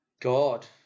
god